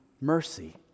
mercy